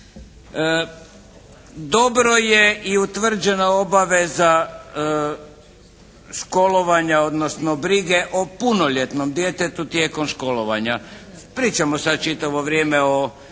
Dobro je i utvrđena obaveza, odnosno brige o punoljetnom djetetu tijekom školovanja. Pričamo sad čitavo vrijeme o